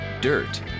dirt